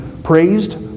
praised